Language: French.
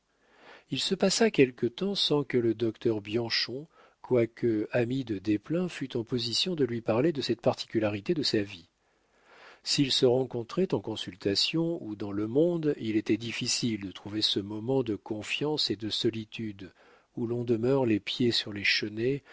il se passa quelque temps sans que le docteur bianchon quoique ami de desplein fût en position de lui parler de cette particularité de sa vie s'ils se rencontraient en consultation ou dans le monde il était difficile de trouver ce moment de confiance et de solitude où l'on demeure les pieds sur les chenets